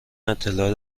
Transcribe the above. اطلاع